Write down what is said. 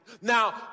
Now